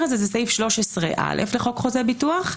הזה זה סעיף 13(א) לחוק חוזה ביטוח,